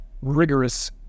rigorous